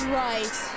right